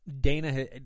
Dana